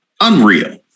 Unreal